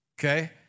Okay